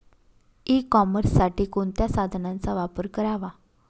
E कॉमर्ससाठी कोणत्या साधनांचा वापर करावा?